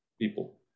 people